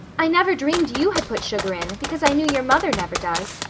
i never dreamed you had put sugar in, because i knew your mother never does.